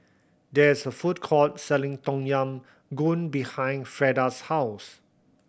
there is a food court selling Tom Yam Goong behind Freeda's house